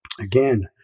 Again